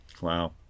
Wow